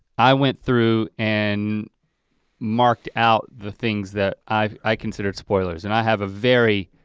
i went through and marked out the things that i considered spoilers and i have a very,